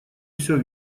все